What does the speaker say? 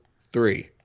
three